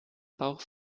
bauch